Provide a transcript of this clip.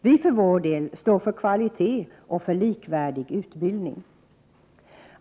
Vi för vår del står för kvalitet och likvärdig utbildning.